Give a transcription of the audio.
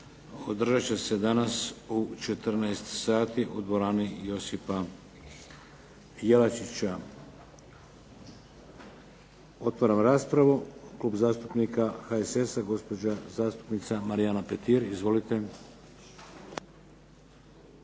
održat će se danas u 14 sati u dvorani Josipa Jelačića. Otvaram raspravu. Klub zastupnika HSS-a gospođa zastupnica Marijana Petir. Izvolite.